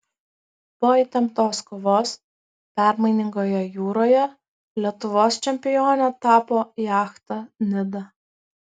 po įtemptos kovos permainingoje jūroje lietuvos čempione tapo jachta nida